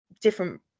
different